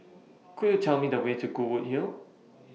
Could YOU Tell Me The Way to Goodwood Hill